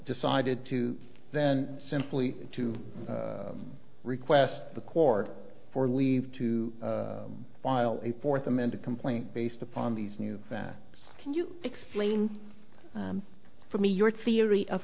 decided to then simply to request the court for leave to file a fourth amended complaint based upon these new facts can you explain for me your theory of